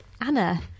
Anna